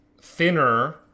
thinner